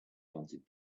wanted